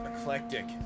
eclectic